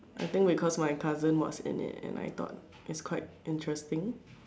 I think because my cousin was in it and I thought was quite interesting